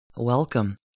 Welcome